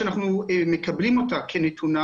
שאנחנו מסכימים,